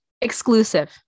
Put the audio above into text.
exclusive